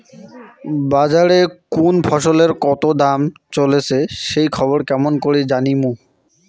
বাজারে কুন ফসলের কতো দাম চলেসে সেই খবর কেমন করি জানীমু?